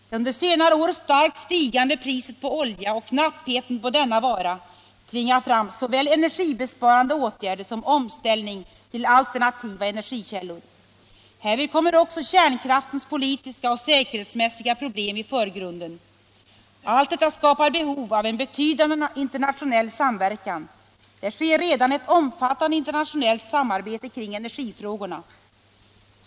Det under senare år starkt stigande priset på olja och knappheten på denna vara tvingar fram såväl energibesparande åtgärder som omställning till alternativa energikällor. Härvid kommer också kärnkraftens politiska och säkerhetsmässiga problem i förgrunden. Allt detta skapar behov av en betydande internationell samverkan. Det sker redan ett omfattande internationellt samarbete kring energifrågorna.